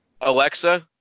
Alexa